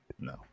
no